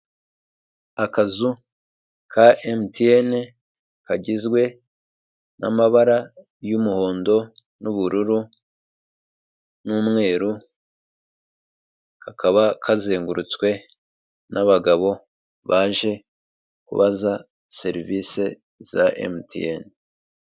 Akazu ka emutiyene, kagizwe n'amabara y'umuhondo, n'ubururu, n'umweru, kakaba kazengurutswe n'abagabo baje kubaza serivise za emutiyene.